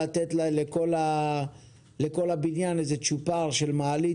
לתת לכל הבניין איזה צ'ופר של מעלית